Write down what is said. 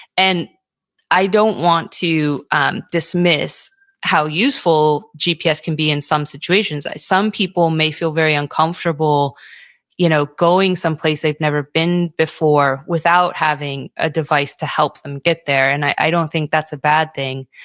and i don't want to um dismiss how useful gps can be in some situations. some people may feel very uncomfortable you know going someplace they've never been before without having a device to help them get there. and i don't think that's a bad thing.